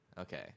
Okay